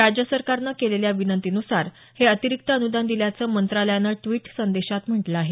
राज्य सरकारनं केलेल्या विनंतीनुसार हे अतिरिक्त अनुदान दिल्याचं मंत्रालयानं द्विट संदेशात म्हटलं आहे